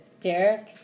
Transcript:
Derek